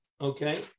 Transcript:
okay